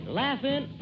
laughing